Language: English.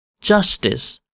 justice